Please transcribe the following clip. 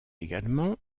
également